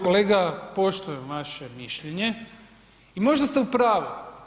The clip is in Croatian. Kolega poštujem vaše mišljenje i možda ste u pravu.